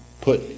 put